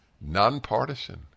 nonpartisan